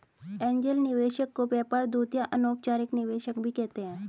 angel निवेशक को व्यापार दूत या अनौपचारिक निवेशक भी कहते हैं